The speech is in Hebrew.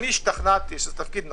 השתכנעתי, שזה תפקיד נחוץ.